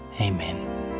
Amen